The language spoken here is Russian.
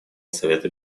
совета